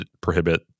prohibit